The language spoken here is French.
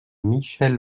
michèle